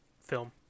film